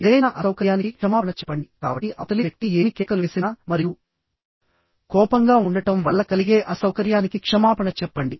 ఏదైనా అసౌకర్యానికి క్షమాపణ చెప్పండి కాబట్టి అవతలి వ్యక్తి ఏమి కేకలు వేసినా మరియు కోపంగా ఉండటం వల్ల కలిగే అసౌకర్యానికి క్షమాపణ చెప్పండి